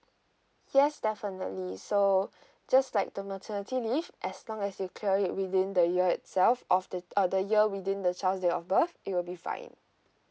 yes definitely so just like the maternity leave as long as you clear it within the year itself of the uh the year within the child's date of birth it will be fine